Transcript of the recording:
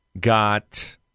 got